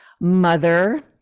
mother